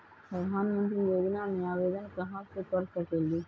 प्रधानमंत्री योजना में आवेदन कहा से कर सकेली?